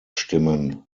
stimmen